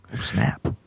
Snap